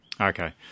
Okay